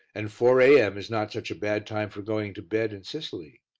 and four a m. is not such a bad time for going to bed in sicily.